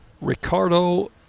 Ricardo